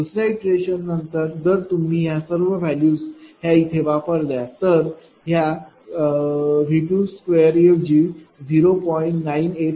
दुसर्या इटरेशननंतर जर तुम्ही या सर्व व्हॅल्यूज ह्या इथे वापरल्या तर ह्या V22ऐवजी 0